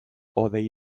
hodei